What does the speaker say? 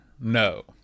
No